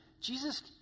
jesus